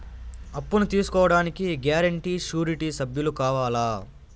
అప్పును తీసుకోడానికి guarantee, surety సభ్యులు కావాలా?